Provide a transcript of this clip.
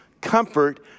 comfort